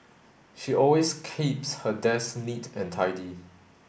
she always keeps her desk neat and tidy